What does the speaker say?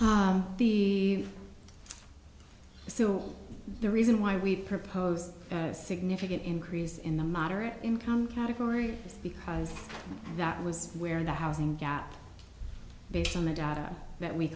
the so the reason why we propose significant increases in the moderate income category is because that was where the housing gap based on the data that we